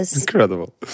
Incredible